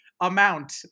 amount